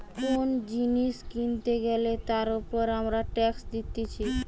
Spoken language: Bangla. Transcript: কোন জিনিস কিনতে গ্যালে তার উপর আমরা ট্যাক্স দিতেছি